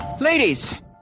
Ladies